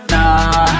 Nah